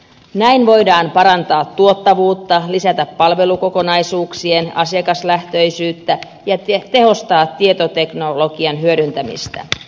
näin voidaan parantaa tuottavuutta lisätä palvelukokonaisuuksien asiakaslähtöisyyttä ja tehostaa tietoteknologian hyödyntämistä